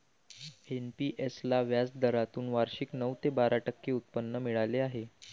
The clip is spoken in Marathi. एन.पी.एस ला व्याजदरातून वार्षिक नऊ ते बारा टक्के उत्पन्न मिळाले आहे